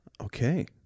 okay